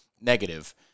negative